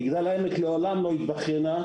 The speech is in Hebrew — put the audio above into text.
מגדל העמק מעולם לא התבכיינה,